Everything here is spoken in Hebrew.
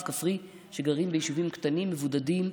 הכפרי וכשגרים ביישובים קטנים ומבודדים.